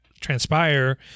transpire